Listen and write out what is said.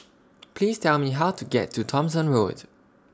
Please Tell Me How to get to Thomson Road